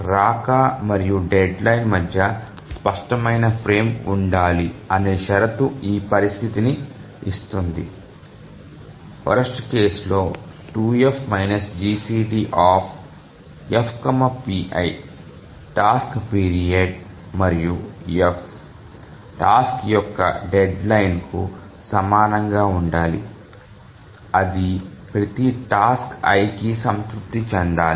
రాక మరియు డెడ్లైన్ మధ్య స్పష్టమైన ఫ్రేమ్ ఉండాలి అనే షరతు ఈ పరిస్థితిని ఇస్తుందివరస్ట్ కేసులో 2F GCDf pi task period మరియు f టాస్క్ యొక్క డెడ్లైన్కు సమానంగా ఉండాలి అది ప్రతి టాస్క్ i కి సంతృప్తి చెందాలి